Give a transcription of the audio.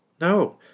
no